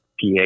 PA